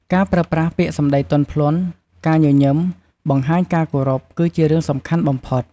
ការប្រើប្រាស់ពាក្យសម្ដីទន់ភ្លន់ ការញញឹម បង្ហាញការគោរព គឺជារឿងសំខាន់បំផុត។